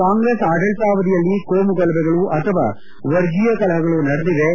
ಕಾಂಗ್ರೆಸ್ ಆಡಳಿತಾವಧಿಯಲ್ಲಿ ಕೋಮು ಗಲಭೆಗಳು ಅಥವಾ ವರ್ಗೀಯ ಕಲಹಗಳು ನಡೆದಿವೆ